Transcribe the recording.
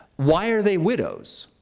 why are they widows?